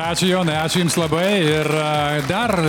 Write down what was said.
ačiū jonai ačiū jums labai ir dar